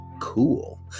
cool